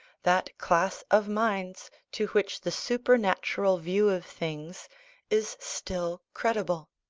that class of minds to which the supernatural view of things is still credible.